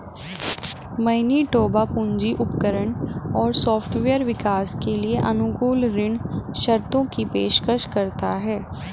Manitoba पूंजी उपकरण और सॉफ्टवेयर विकास के लिए अनुकूल ऋण शर्तों की पेशकश करता है